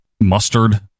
mustard